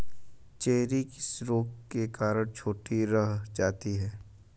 Cherry किस रोग के कारण छोटी रह जाती है?